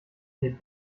geht